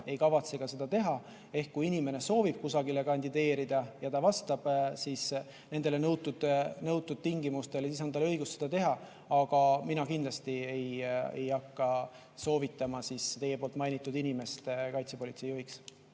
ei kavatse seda ka teha. Ehk kui inimene soovib kusagile kandideerida ja ta vastab nendele nõutud tingimustele, siis on tal õigus seda teha, aga mina kindlasti ei hakka soovitama teie mainitud inimest kaitsepolitsei juhiks.